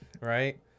right